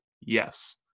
Yes